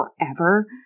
forever